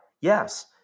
yes